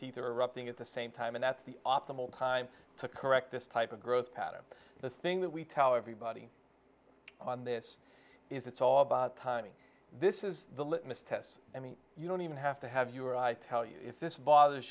teeth are erupting at the same time and at the optimal time to correct this type of growth pattern the thing that we tally everybody on this is it's all about timing this is the litmus test i mean you don't even have to have your i tell you if this bothers